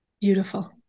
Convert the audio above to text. Beautiful